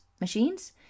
machines